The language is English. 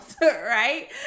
right